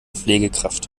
pflegekraft